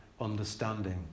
understanding